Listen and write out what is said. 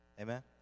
Amen